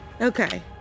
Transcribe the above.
Okay